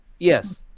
yes